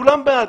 כולם בעד,